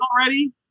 already